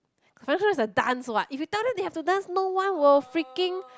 was a dance what if you tell them they have to dance no one will freaking